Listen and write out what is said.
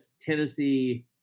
Tennessee